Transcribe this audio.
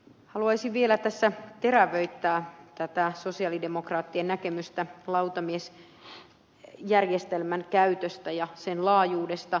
haluaisin vielä tässä terävöittää tätä sosialidemokraattien näkemystä lautamiesjärjestelmän käytöstä ja sen laajuudesta